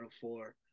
four